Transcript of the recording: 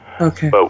Okay